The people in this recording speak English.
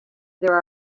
there